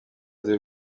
nyina